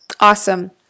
Awesome